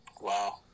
Wow